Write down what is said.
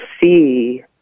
see